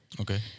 Okay